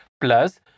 plus